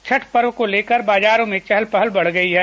छठ पर्व को लेकर बाजारों में चहल पहल बढ़ गयी है